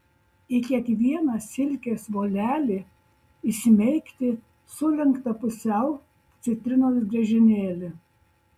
į kiekvieną silkės volelį įsmeigti sulenktą pusiau citrinos griežinėlį